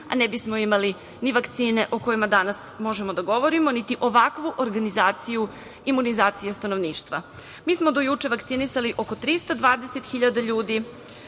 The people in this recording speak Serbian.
a ne bismo imali ni vakcine o kojima danas možemo da govorimo, niti ovakvu organizaciju imunizacije stanovništva. Mi smo do juče vakcinisali oko 320.000 ljudi